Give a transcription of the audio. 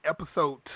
episode